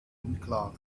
unklar